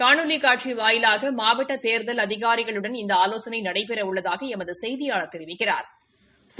காணொலி காட்சி வாயிலாக மாவட்ட தேர்தல் அதிகாரிகளுடன் இந்த நடைபெறவுள்ளதாக எமது செய்தியாளா் தெரிவிக்கிறாா்